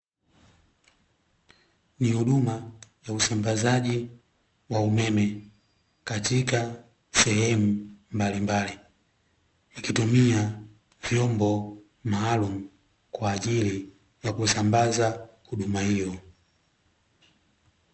Ni huduma ya usambazaji wa umeme, katika sehemu mbalimbali, ikitumia vyombo maalumu kwa ajili ya kusambaza huduma hiyo.